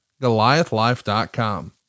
Goliathlife.com